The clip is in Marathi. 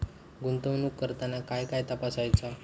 गुंतवणूक करताना काय काय तपासायच?